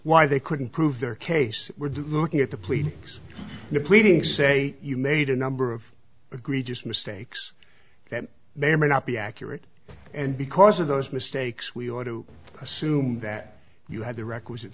why they couldn't prove their case we're looking at the plead your pleading say you made a number of the greatest mistakes that may or may not be accurate and because of those mistakes we ought to assume that you had the requisite